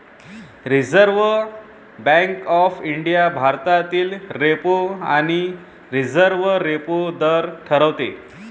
reserve Bank of India भारतातील repo आणि reverse repo दर ठरवते